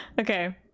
okay